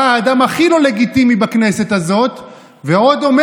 בא האדם הכי לא לגיטימי בכנסת הזאת ועוד אומר